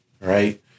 right